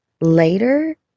later